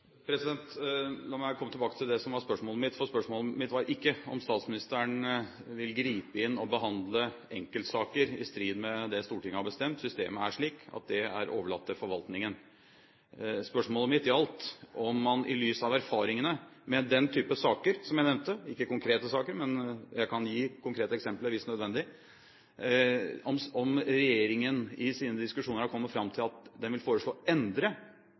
La meg komme tilbake til det som var spørsmålet mitt, for spørsmålet mitt var ikke om statsministeren vil gripe inn og behandle enkeltsaker i strid med det Stortinget har bestemt. Systemet er slik at det er overlatt til forvaltningen. Spørsmålet mitt gjaldt om man i lys av erfaringene med den type saker som jeg nevnte – ikke konkrete saker, men jeg kan gi konkrete eksempler hvis det er nødvendig – om regjeringen i sine diskusjoner er kommet fram til at den vil foreslå å endre